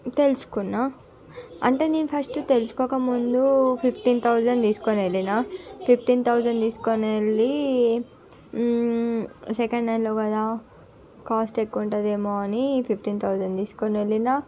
తెలుసుకున్న అంటే నేను ఫస్ట్ తెలుసుకోకముందు ఫిఫ్టీన్ థౌసన్ తీసుకొనెళ్ళినా నా ఫిఫ్టీన్ థౌసన్ తీసుకొనెళ్ళి సెకండ్ హ్యాండ్లో కదా కాస్ట్ ఎక్కువ ఉంటదేమో అని ఫిఫ్టీన్ థౌజెండ్ తీసుకొని వెళ్ళినా